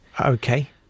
Okay